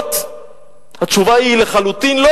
בקניון, שמו שמירה על הקניון.